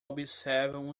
observam